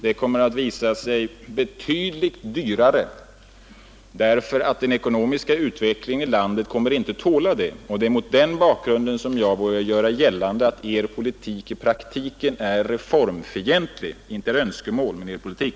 Det kommer att visa sig betydligt dyrare därför att den ekonomiska utvecklingen i landet inte kommer att tåla det, och det är mot den bakgrunden som jag vågar göra gällande att er politik i praktiken är reformfientlig — inte era önskemål men er politik.